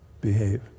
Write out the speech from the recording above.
Behave